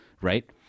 right